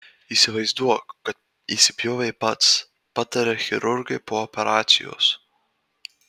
įsivaizduok kad įsipjovei pats pataria chirurgai po operacijos